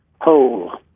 whole